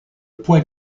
point